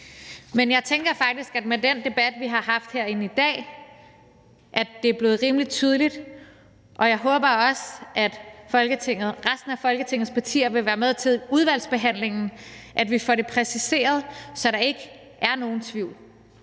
Men jeg tænker faktisk, at det med den debat, vi har haft herinde i dag, er blevet rimelig tydeligt. Og jeg håber også, at resten af Folketingets partier vil være med til, at vi får det præciseret i udvalgsbehandlingen, så der ikke er nogen tvivl.